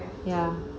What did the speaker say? ya